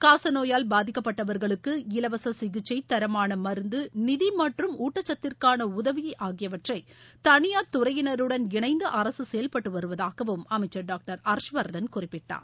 காசநோயால் பாதிக்கப்பட்டவர்களுக்கு இலவச சிகிச்சை தரமான மருந்து நிதி மற்றும் ஊட்டச்சத்திற்கான உதவி ஆகியவற்றை தனியார் துறையினருடன் இணைந்து அரசு செயல்பட்டு வருவதாகவும் அமைச்சர் டாக்டர் ஹர்ஷவர்தன் குறிப்பிட்டார்